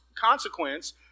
consequence